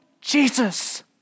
Jesus